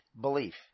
belief